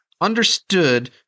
understood